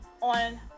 on